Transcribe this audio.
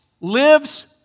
lives